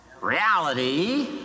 Reality